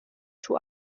two